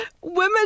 Women